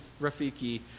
Rafiki